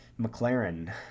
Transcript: McLaren